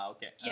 Okay